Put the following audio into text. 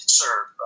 serve